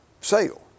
sale